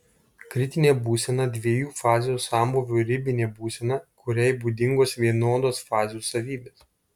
kritinė būsena dviejų fazių sambūvio ribinė būsena kuriai būdingos vienodos fazių savybės